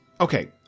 Okay